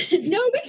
No